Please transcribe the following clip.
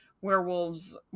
werewolves